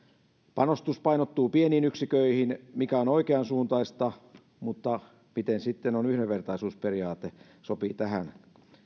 panostus painottuu pieniin yksiköihin mikä on oikeansuuntaista mutta miten sitten yhdenvertaisuusperiaate sopii tähän